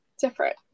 different